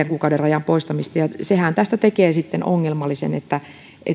kuukauden rajan poistamista ja sehän tästä tekee sitten ongelmallisen